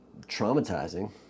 traumatizing